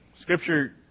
Scripture